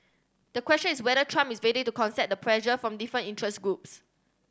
the question is whether Trump is ready to the pressure from different interest groups